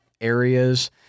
areas